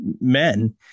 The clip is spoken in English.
men